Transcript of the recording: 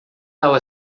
tal